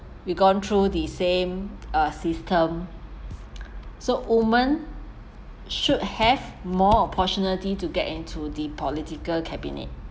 we've gone through the same uh system so women should have more opportunities to get into the political cabinet